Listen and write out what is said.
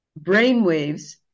brainwaves